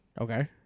Okay